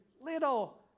little